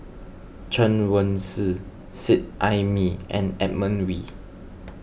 Chen Wen Hsi Seet Ai Mee and Edmund Wee